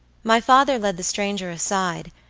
my father led the stranger aside,